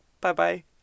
Bye-bye